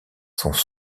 sont